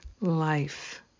life